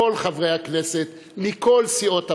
כל חברי הכנסת, מכל סיעות הבית,